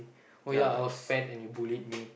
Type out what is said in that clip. oh ya I was fat and you bullied me